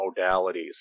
modalities